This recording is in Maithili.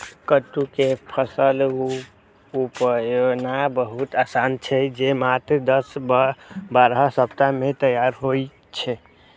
कट्टू के फसल उपजेनाय बहुत आसान छै, जे मात्र दस सं बारह सप्ताह मे तैयार होइ छै